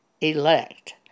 elect